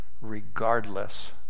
regardless